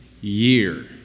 year